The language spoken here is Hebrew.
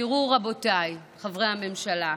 תראו רבותיי, חברי הממשלה,